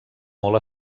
molt